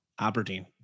Aberdeen